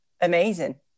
amazing